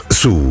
su